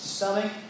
Stomach